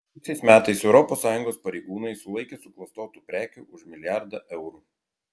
praėjusiais metais europos sąjungos pareigūnai sulaikė suklastotų prekių už milijardą eurų